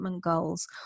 goals